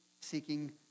seeking